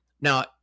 Now